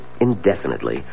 indefinitely